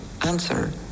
answer